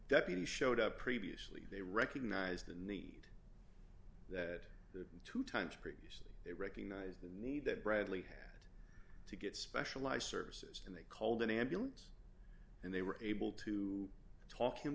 deputies showed up previously they recognized the need that the two times previously they recognized me that bradley had to get specialized services and they called an ambulance and they were able to talk him